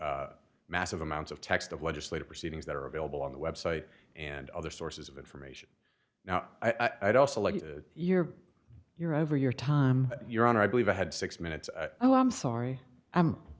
massive amounts of text of legislative proceedings that are available on the web site and other sources of information now i'd also like your your over your time your honor i believe i had six minutes oh i'm sorry